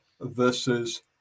versus